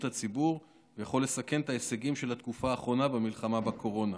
הציבור ויכול לסכן את ההישגים של התקופה האחרונה במלחמה בקורונה.